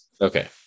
Okay